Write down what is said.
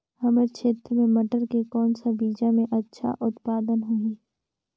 हमर क्षेत्र मे मटर के कौन सा बीजा मे अच्छा उत्पादन होही?